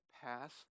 pass